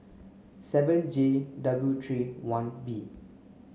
seven J W three one B